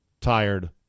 tired